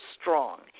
strong